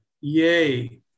yay